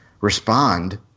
respond